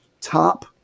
top